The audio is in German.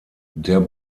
der